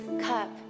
cup